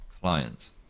clients